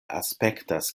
aspektas